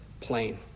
plain